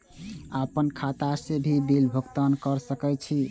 आपन खाता से भी बिल भुगतान कर सके छी?